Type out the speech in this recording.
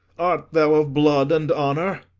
art thou of blood and honour?